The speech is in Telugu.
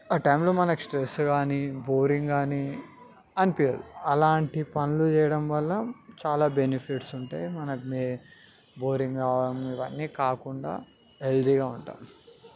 ఆ టైంలో మనకి స్ట్రెస్ కానీ బోరింగ్ కానీ అనిపించదు అలాంటి పనులు చేయడం వల్ల చాలా బెనిఫిట్స్ ఉంటాయి మనకి మే బోరింగ్ అవడం అవన్నీ కాకుండా హెల్దీగా ఉంటాము